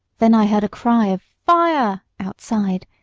then i heard a cry of fire! outside,